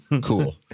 cool